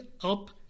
up